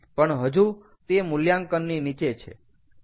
પણ હજુ તે મૂલ્યાંકનની નીચે છે